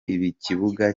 ikibuga